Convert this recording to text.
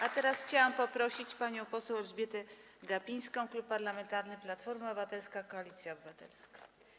A teraz chciałabym poprosić panią poseł Elżbietę Gapińską, Klub Parlamentarny Platforma Obywatelska - Koalicja Obywatelska.